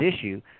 issue